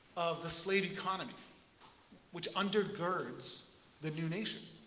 of the slave economy which undergirds the new nation.